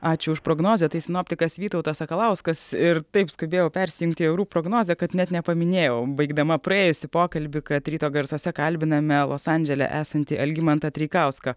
ačiū už prognozę tai sinoptikas vytautas sakalauskas ir taip skubėjau persijungti į orų prognozę kad net nepaminėjau baigdama praėjusį pokalbį kad ryto garsuose kalbiname los andžele esantį algimantą treikauską